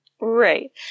Right